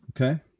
Okay